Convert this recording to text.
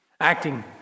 Acting